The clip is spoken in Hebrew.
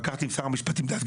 והתווכחתי עם שר המשפטים דאז,